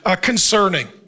concerning